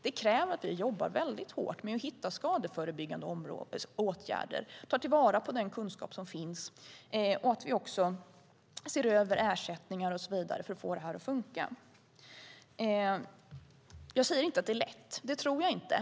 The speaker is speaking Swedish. Det kräver att vi jobbar hårt med att hitta skadeförebyggande åtgärder, att vi tar till vara den kunskap som finns och att vi ser över ersättningar och så vidare för att få detta att funka. Jag säger inte att det är lätt; det tror jag inte.